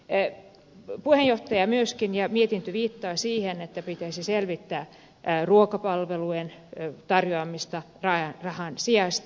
puheenjohtaja ja myöskin mietintö viittaa siihen että pitäisi selvittää ruokapalvelujen tarjoamista rahan sijasta